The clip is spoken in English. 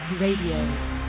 Radio